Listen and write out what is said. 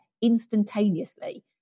instantaneously